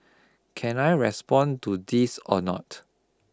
can I respond to this a not